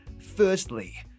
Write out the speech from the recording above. firstly